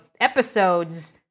episodes